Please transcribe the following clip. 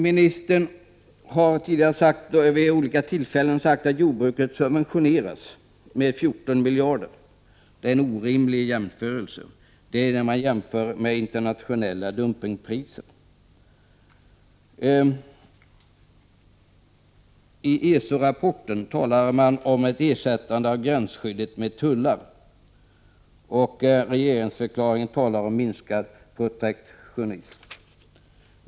Ministern har tidigare vid olika tillfällen sagt att jordbruket subventioneras med 14 miljarder. Det är en orimlig jämförelse. Det är när man jämför med internationella dumpingpriser. I ESO-rapporten talas om att ersätta gränsskyddet med tullar, och regeringsförklaringen talar om minskad protektionism.